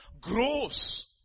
grows